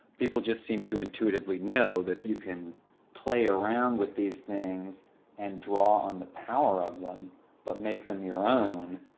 people just seemed to intuitively know that you can play around with these things and draw on the power of them but make them your own.